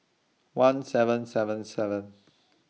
one seven seven seven